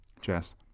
Jess